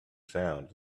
sound